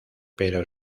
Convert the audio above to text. pero